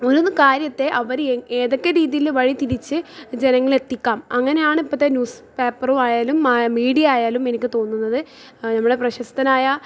ഓരോന്ന് കാര്യത്തെ അവർ ഏതൊക്കെ രീതിയിൽ വഴി തിരിച്ച് ജനങ്ങളെത്തിക്കാം അങ്ങനെയാണ് ഇപ്പോഴത്തെ ന്യൂസ് പേപ്പറായാലും മീഡിയ ആയാലും എനിക്ക് തോന്നുന്നത് നമ്മുടെ പ്രശസ്തനായ